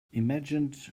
imagined